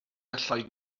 allai